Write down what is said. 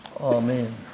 amen